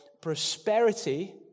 prosperity